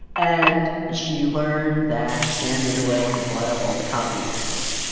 and she learned that standard oil had bought up all the copies of this